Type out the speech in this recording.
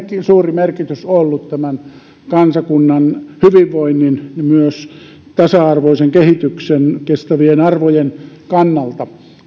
suuri merkitys ollut tämän kansakunnan hyvinvoinnin ja tasa arvoisen kehityksen kestävien arvojen kannalta